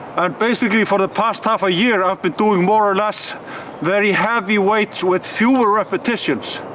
and basically for the past half a year i've been doing more or less very heavy weights, with fewer repetitions.